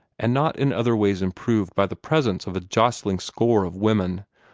and not in other ways improved by the presence of a jostling score of women,